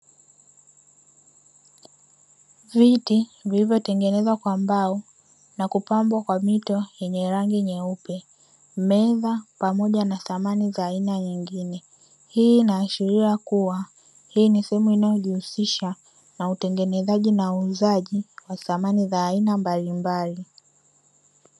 Viti vilivyotengenezwa kwa mbao na kupambwa kwa mito yenye rangi nyeupe, meza pamoja na samani za aina nyingine. Hii inaashiria kuwa, hii ni sehemu inayojihusisha na utengenezaji na uuzaji wa samani za aina mbalimbali.